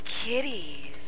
kitties